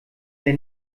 der